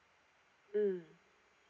mm